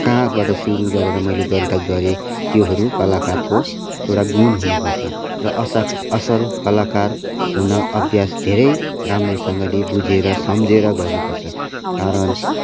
कहाँबाट सुरू गरेर मैले गलत गरेँ त्योहरू कलाकारको एउटा गुण हुनुपर्छ र असक असल कलाकार हुन अभ्यास धेरै राम्रोसँगले बुझेर सम्झेर गर्नुपर्छ कारण